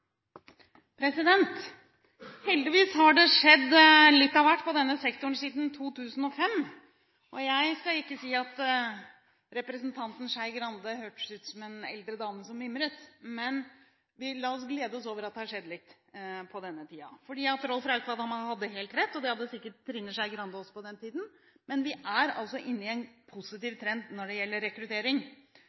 Heldigvis har det skjedd litt av hvert på denne sektoren siden 2005. Jeg skal ikke si at representanten Skei Grande hørtes ut som en eldre dame som mimret, men la oss glede oss over at det har skjedd litt på denne tiden, for Rolf Reikvam hadde helt rett – og det hadde sikkert Trine Skei Grande også på den tiden. Vi er inne i en positiv trend når det gjelder rekruttering